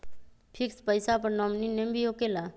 Fix पईसा पर nominee name भी होकेला?